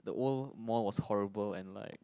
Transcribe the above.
the old mall was horrible and like